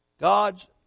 God's